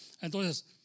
Entonces